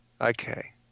Okay